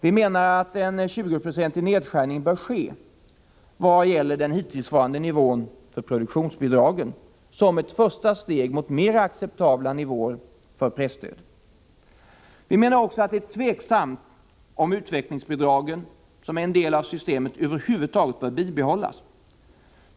Vi menar att en 20-procentig nedskärning bör ske vad gäller den hittillsvarande nivån för produktionsbidragen såsom ett första steg mot mera acceptabla nivåer för presstödet. Vi anser också att det är tveksamt om utvecklingsbidragen såsom en del av systemet över huvud taget bör bibehållas.